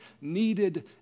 needed